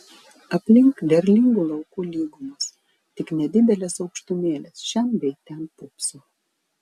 aplink derlingų laukų lygumos tik nedidelės aukštumėlės šen bei ten pūpso